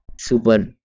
super